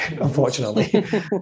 unfortunately